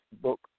book